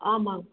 ஆமாம்